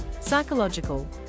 psychological